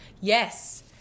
Yes